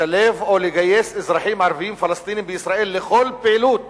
לשלב או לגייס אזרחים ערבים פלסטינים בישראל לכל פעילות